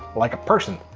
like a person.